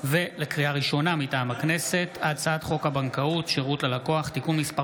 לקריאה שנייה ולקריאה שלישית: הצעת חוק שירות אזרחי (תיקון מס'